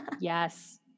Yes